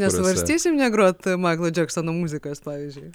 nesvarstysim negrot maiklo džeksono muzikos pavyzdžiui